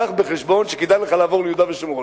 הבא בחשבון שכדאי לך לעבור ליהודה ושומרון,